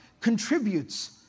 contributes